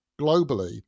globally